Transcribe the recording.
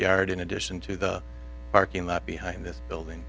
yard in addition to the parking lot behind this building